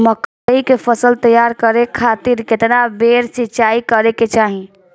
मकई के फसल तैयार करे खातीर केतना बेर सिचाई करे के चाही?